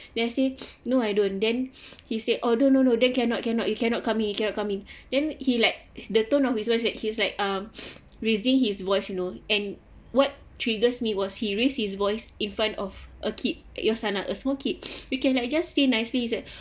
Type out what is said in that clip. then I say no I don't then he said oh no no then cannot cannot you cannot coming you cannot coming then he like the tone of his voice like his like um raising his voice you know and what triggers me was he raised his voice in front of a kid your son ah a small kids we can like just say nicely like